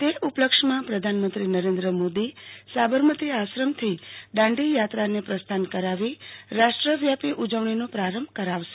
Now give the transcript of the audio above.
તે ઉપલક્ષમાં પ્રધાનમંત્રી નરેન્દ્ર મોદી સાબરમતી આશ્રમથી દાંડીયાત્રાને પ્રસ્થાન કરાવી રાષ્ટ્રવ્યાપી ઉજવણીનો પ્રારંભ કરાવશે